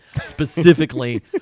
specifically